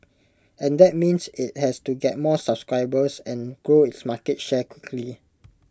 and that means IT has to get more subscribers and grow its market share quickly